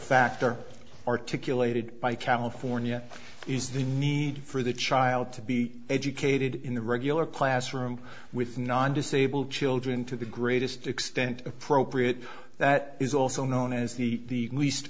factor articulated by california is the need for the child to be educated in the regular classroom with non disabled children to the greatest extent appropriate that is also known as the least